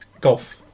Golf